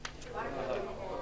10:59.